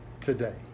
today